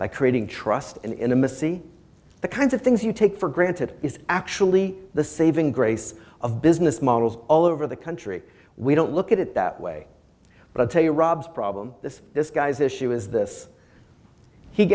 by creating trust in the missi the kinds of things you take for granted is actually the saving grace of business models all over the country we don't look at it that way but i'll tell you rob's problem this this guy's issue is this he